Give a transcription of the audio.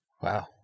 Wow